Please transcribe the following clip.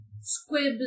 squibs